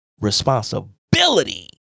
responsibility